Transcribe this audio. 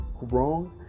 wrong